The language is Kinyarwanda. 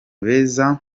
beza